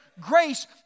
grace